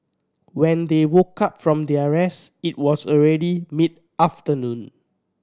when they woke up from their rest it was already mid afternoon